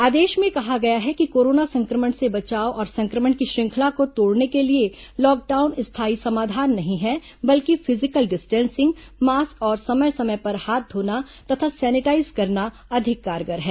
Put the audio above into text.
आदेश में कहा गया है कि कोरोना संक्रमण से बचाव और संक्रमण की श्रंखला को तोड़ने के लिए लॉकडाउन स्थायी समाधान नहीं है बल्कि फिजिकल डिस्टेंसिंग मास्क और समय समय पर हाथ धोना तथा सैनिटाईज करना अधिक कारगर है